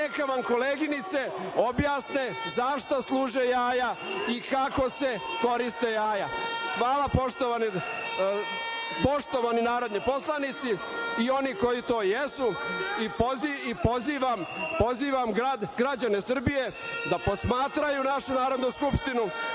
neka vam koleginice objasne zašto služe jaja i kako se koriste jaja. Poštovani narodni poslanici i oni koji to jesu, pozivam građane Srbije da posmatraju našu Narodnu Skupštinu,